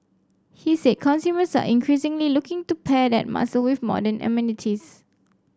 he said consumers are increasingly looking to pair that muscle with modern amenities